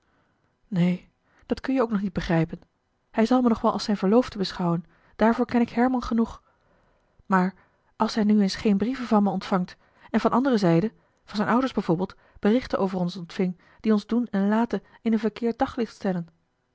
neen dat kun je ook nog niet begrijpen hij zal me nog wel als zijne verloofde beschouwen daarvoor ken ik herman genoeg maar als hij nu eens geen brieven van mij ontvangt en van andere zijde van zijne ouders b v berichten over ons ontving die ons doen en laten in een verkeerd daglicht stellen